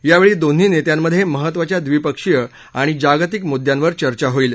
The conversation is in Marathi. यावेळी दोन्ही नेत्यांमध्ये महत्वाच्या दविपक्षीय णि जागतिक म्द्द्यांवर चर्चा होईल